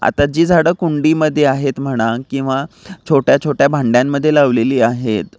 आता जी झाडं कुणबीमध्ये आहेत म्हणा किंवा छोट्याछोट्या भांड्यांमध्ये लावलेली आहेत